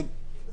כן,